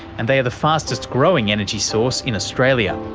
and they are the fastest growing energy source in australia.